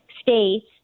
States